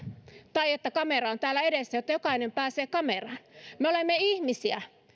tai kamera olla täällä edessä jotta jokainen pääsee kameraan me olemme ihmisiä